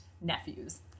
nephews